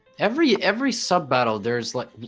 every every sub battle there's like